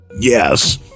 yes